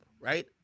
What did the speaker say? right